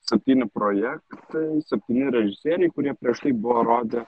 septynių projektai septyni režisieriai kurie prieš tai buvo rodę